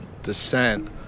descent